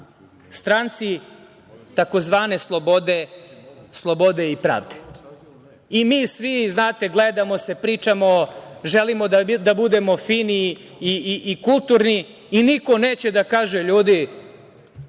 stranci tzv. slobode i pravde.I mi svi gledamo se, pričamo, želimo da budemo fini i kulturni i niko neće da kaže – ljudi,